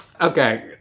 Okay